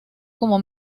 como